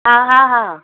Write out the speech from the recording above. हा हा हा